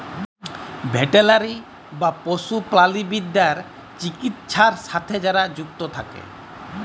veterinary বা পশু প্রালিদ্যার চিকিৎছার সাথে যারা যুক্ত থাক্যে